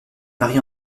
marie